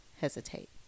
hesitate